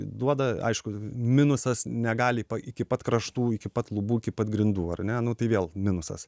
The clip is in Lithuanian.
duoda aišku minusas negali pa iki pat kraštų iki pat lubų iki pat grindų ar ne nu tai vėl minusas